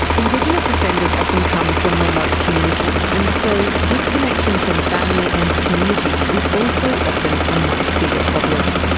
indigenous offenders often come from remote communities, and so disconnection from family and community is also often a much bigger problem.